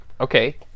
okay